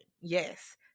Yes